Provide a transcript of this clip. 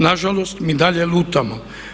Nažalost, mi dalje lutamo.